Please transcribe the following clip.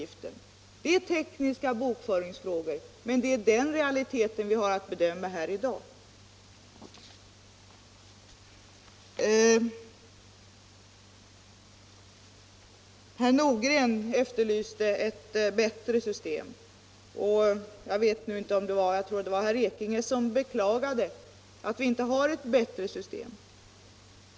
Detta är tekniska bokföringsfrågor, men samhällets intäkter är den realitet vi har att bedöma här i dag. Herr Nordgren efterlyste ett bättre system för kostnadsfördelningen, och om jag minns rätt beklagade också herr Ekinge att vi inte hade ett bättre system.